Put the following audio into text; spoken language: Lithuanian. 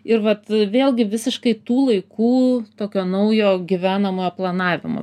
ir vat vėlgi visiškai tų laikų tokio naujo gyvenamojo planavimo